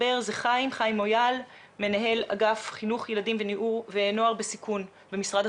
ולתכנית היל"ה ולקידום נוער יש מקום מאוד מאוד נכבד בהקשר הזה,